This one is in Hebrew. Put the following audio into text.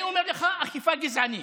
אני אומר לך, אכיפה גזענית.